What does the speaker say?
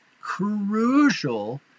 crucial